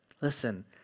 Listen